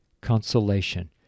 consolation